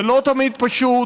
זה לא תמיד פשוט,